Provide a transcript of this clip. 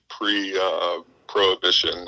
pre-Prohibition